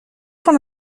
van